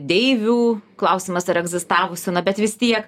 deivių klausimas ar egzistavusių na bet vis tiek